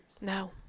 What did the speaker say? no